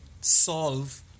solve